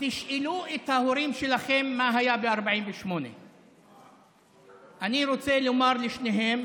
תשאלו את ההורים שלכם מה היה ב 48'. אני רוצה לומר לשניהם: